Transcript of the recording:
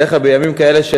בדרך כלל בימים כאלה,